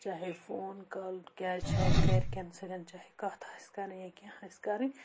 چاہے phone call کیٛازِ چھِ اَسہِ گَرِکؠن سۭتۍ چاہے کَتھ آسہِ کَرٕنۍ یا کینٛہہ آسہِ کَرٕنۍ